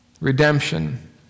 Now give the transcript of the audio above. Redemption